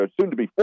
soon-to-be